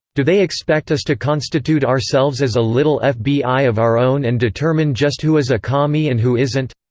do they expect us to constitute ourselves as a little ah fbi of our own and determine just who is a commie and who isn't?